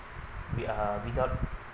we are without